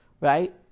right